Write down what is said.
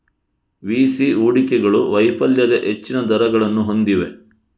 VC ಹೂಡಿಕೆಗಳು ವೈಫಲ್ಯದ ಹೆಚ್ಚಿನ ದರಗಳನ್ನು ಹೊಂದಿವೆ